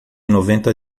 noventa